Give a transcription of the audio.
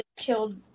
killed